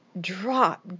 drop